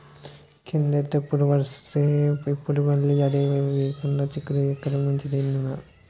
కిందటేడు వరేస్తే, ఇప్పుడు మళ్ళీ అదే ఎయ్యకుండా చిక్కుడు ఎయ్యడమే మంచిదని ఇన్నాను